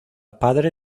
padre